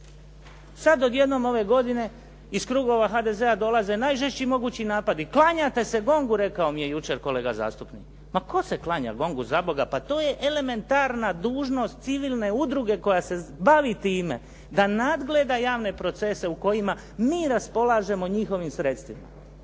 Sad odjednom ove godine iz krugova HDZ-a dolaze najžešći mogući napadi. Klanjate se GONG-u rekao mi je jučer kolega zastupnik. Ma tko se klanja GONG-u zaboga, pa to je elementarna dužnost civilne udruge koja se bavi time da nadgleda javne procese u kojima mi raspolažemo njihovim sredstvima.